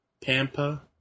Pampa